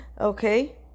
okay